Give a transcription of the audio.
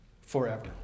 forever